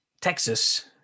Texas